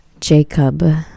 Jacob